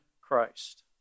Christ